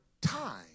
time